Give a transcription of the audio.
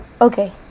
Okay